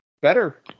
better